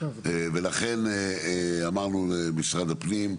ולכן אמרנו למשרד הפנים,